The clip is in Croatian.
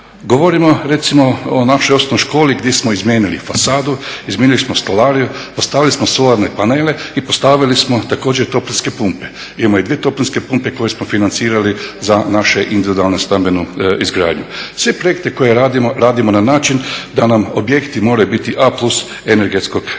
Govorimo recimo o našoj osnovnoj školi gdje smo izmijenili fasadu, izmijenili smo stolariju, postavili smo solarne panele i postavili smo također toplinske pumpe. Imamo i dvije toplinske pumpe koje smo financirali za naše individualnu stambenu izgradnju. Sve projekte koje radimo, radimo na način da nam objekti moraju biti A+ energetskog razreda.